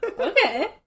Okay